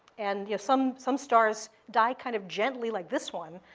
and you know some some stars die kind of gently like this one.